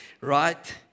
right